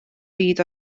byd